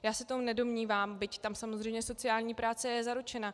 Já se to nedomnívám, byť tam samozřejmě sociální práce je zaručena.